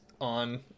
on